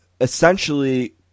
essentially